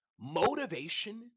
motivation